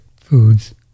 foods